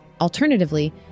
Alternatively